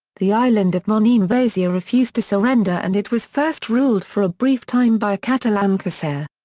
the island of monemvasia refused to surrender and it was first ruled for a brief time by a catalan corsair.